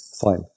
Fine